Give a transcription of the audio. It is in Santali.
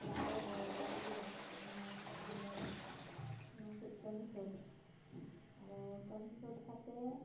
ᱚᱲᱟᱜ ᱨᱮ ᱜᱚ ᱵᱟᱵᱟ ᱡᱩᱫᱤ ᱵᱟᱠᱚ ᱛᱟᱦᱮᱱᱟ ᱛᱟᱦᱚᱞᱮ ᱚᱱᱟ ᱠᱩᱡ ᱠᱟᱹᱢᱤ ᱥᱟᱹᱛ ᱟᱫᱚ ᱠᱟᱹᱢᱤ ᱥᱟᱹᱛ ᱠᱟᱛᱮ